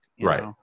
Right